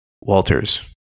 Walters